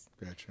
Gotcha